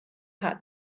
had